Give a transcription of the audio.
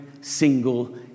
single